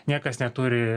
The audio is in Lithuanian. niekas neturi